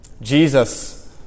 Jesus